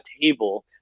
table